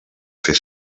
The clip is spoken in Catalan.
fer